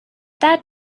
that